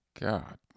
God